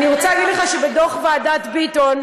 אני רוצה להגיד לך שבדוח ועדת ביטון,